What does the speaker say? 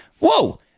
whoa